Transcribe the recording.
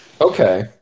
Okay